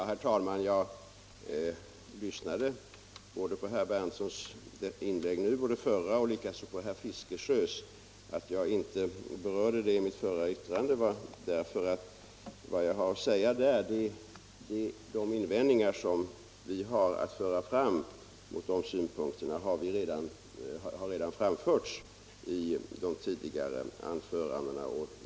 Herr talman! Jag lyssnade både på herr Berndtsons inlägg nu och det förra och likaså på herr Fiskesjös. Att jag inte berörde dem i mitt förra yttrande beror på att de invändningar som vi har mot de synpunkter som har anförts redan har redovisats i de tidigare anförandena.